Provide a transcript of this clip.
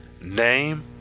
name